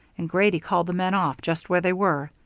and grady called the men off, just where they were.